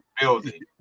building